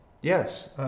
yes